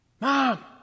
mom